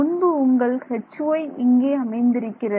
முன்பு உங்கள் Hy இங்கே அமைந்திருக்கிறது